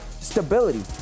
stability